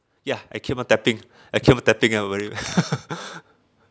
ya I keep on tapping I keep on tapping over it